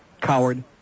Coward